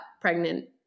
pregnant